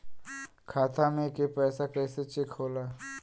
खाता में के पैसा कैसे चेक होला?